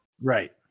Right